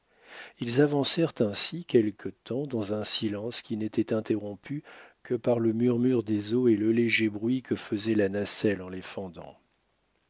ils avancèrent ainsi quelque temps dans un silence qui n'était interrompu que par le murmure des eaux et le léger bruit que faisait la nacelle